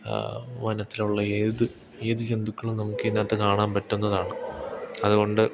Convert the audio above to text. വനത്തിലുള്ള ഏത് ഏത് ജന്തുക്കളും നമുക്ക് ഇതിനകത്ത് കാണാൻ പറ്റുന്നതാണ് അതുകൊണ്ട്